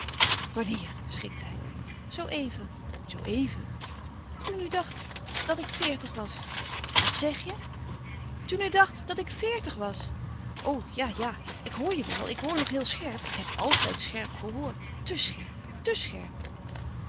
wanneer schrikte hij op zoo even zoo even toen u dacht dat ik veertig was wat zèg je toen u dacht dat ik veértig was o ja ja ik hoor je wel ik hoor nog heel scherp ik heb altijd scherp gehoord tè scherp tè scherp